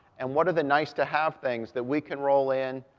and what are the nice-to-have things that we can roll in?